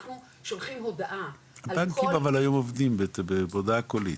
אנחנו שולחים הודעה על כל --- בנקים אבל היום עובדים בהודעה קולית.